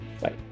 Bye